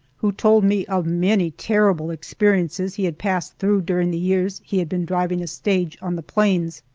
who told me of many terrible experiences he had passed through during the years he had been driving a stage on the plains,